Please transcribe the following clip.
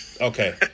Okay